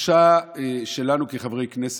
התחושה שלנו כחברי כנסת,